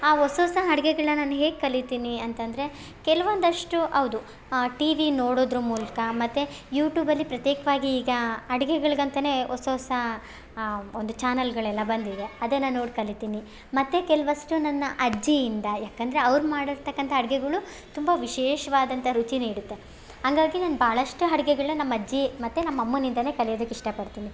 ಆ ಹೊಸ್ ಹೊಸ ಅಡುಗೆಗಳ್ನ ನಾನು ಹೇಗೆ ಕಲಿತೀನಿ ಅಂತಂದರೆ ಕೆಲವೊಂದಷ್ಟು ಹೌದು ಟಿವಿ ನೋಡೋದ್ರ ಮೂಲಕ ಮತ್ತು ಯೂಟ್ಯೂಬಲ್ಲಿ ಪ್ರತ್ಯೇಕವಾಗಿ ಈಗ ಅಡುಗೆಗಳ್ಗಂತಾನೇ ಹೊಸ್ ಹೊಸಾ ಒಂದು ಚಾನೆಲ್ಗಳೆಲ್ಲ ಬಂದಿವೆ ಅದನ್ನು ನೋಡಿ ಕಲಿತೀನಿ ಮತ್ತು ಕೆಲ್ವಷ್ಟು ನನ್ನ ಅಜ್ಜಿಯಿಂದ ಯಾಕಂದರೆ ಅವ್ರು ಮಾಡಿರ್ತಕ್ಕಂಥ ಅಡುಗೆಗಳು ತುಂಬ ವಿಶೇಷ್ವಾದಂಥ ರುಚಿ ನೀಡುತ್ತೆ ಹಾಗಾಗಿ ನಾನು ಭಾಳಷ್ಟು ಅಡುಗೆಗಳ್ನ ನಮ್ಮಅಜ್ಜಿ ಮತ್ತು ನಮ್ಮಅಮ್ಮನಿಂದಲೇ ಕಲಿಯೋದಕ್ಕೆ ಇಷ್ಟ ಪಡ್ತೀನಿ